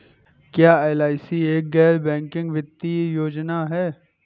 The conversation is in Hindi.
क्या एल.आई.सी एक गैर बैंकिंग वित्तीय योजना है?